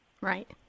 Right